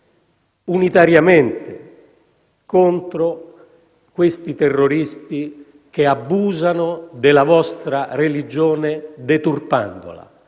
unitariamente, contro questi terroristi che abusano della vostra religione deturpandola.